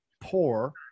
poor